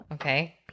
Okay